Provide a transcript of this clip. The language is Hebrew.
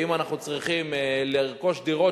ואם אנחנו צריכים לרכוש דירות,